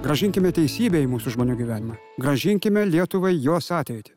grąžinkime teisybę į mūsų žmonių gyvenimą grąžinkime lietuvai jos ateitį